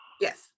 Yes